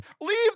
leave